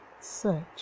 Search